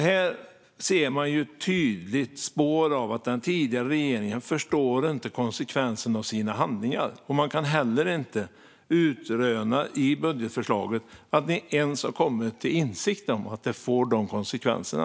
Här ser man tydligt spår av att den tidigare regeringen inte förstod konsekvenserna av sina handlingar. Man kan heller inte utröna i budgetförslaget att ni ens har kommit till insikt om att det får de konsekvenserna.